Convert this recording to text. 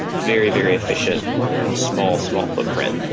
very, very efficient and small, small footprint.